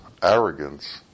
Arrogance